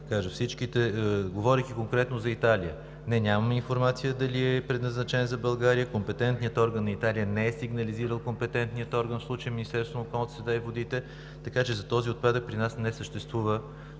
Говорейки конкретно за Италия: не, нямаме информация дали е предназначен за България. Компетентният орган на Италия не е сигнализирал компетентния орган – в случая Министерството на околната среда и водите, така че за този отпадък при нас не съществува